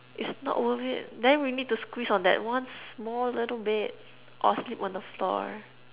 it's not worth it then we need to squeeze on that one small little bed or sleep on the floor